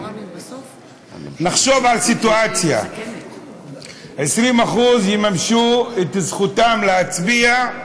נחשוב על סיטואציה ש-20% יממשו את זכותם להצביע,